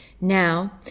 Now